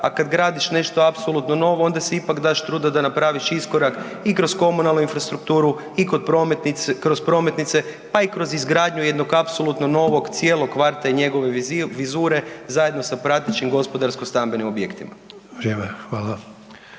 a kada gradiš nešto apsolutno novo onda si ipak daš truda da napraviš iskorak i kroz komunalnu infrastrukturu i kroz prometnice, pa i kroz izgradnju jednog apsolutno novog cijelog kvarta i njegove vizure zajedno sa pratećim gospodarsko stambenim objektima.